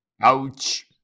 Ouch